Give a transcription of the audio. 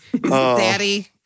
Daddy